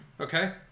Okay